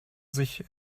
sich